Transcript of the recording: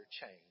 change